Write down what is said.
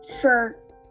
shirt